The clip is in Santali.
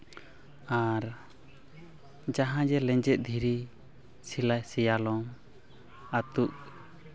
ᱟᱨ ᱡᱟᱦᱟᱸ ᱡᱮ ᱞᱮᱧᱡᱮᱫ ᱫᱷᱤᱨᱤ ᱥᱮᱭᱟ ᱥᱮᱭᱟᱞᱚᱢ ᱟᱹᱛᱩᱜ